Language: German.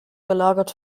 gelagert